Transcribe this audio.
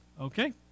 okay